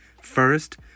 First